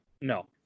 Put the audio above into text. No